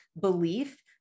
belief